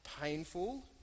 painful